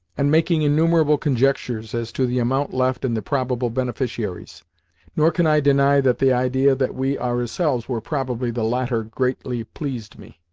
and making innumerable conjectures as to the amount left and the probable beneficiaries nor can i deny that the idea that we ourselves were probably the latter greatly pleased me.